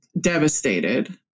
devastated